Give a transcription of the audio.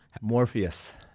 Morpheus